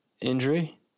injury